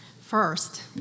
First